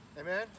Amen